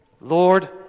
Lord